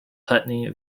putney